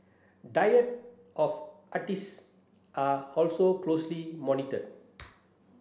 diet of artist are also closely monitored